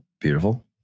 Beautiful